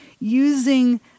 using